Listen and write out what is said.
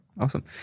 awesome